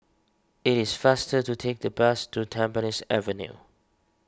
it is faster to take the bus to Tampines Avenue